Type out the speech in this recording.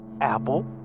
Apple